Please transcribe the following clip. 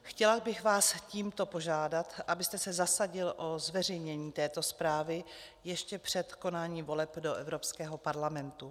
Chtěla bych vás tímto požádat, abyste se zasadil o zveřejnění této zprávy ještě před konáním voleb do Evropského parlamentu.